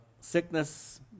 sickness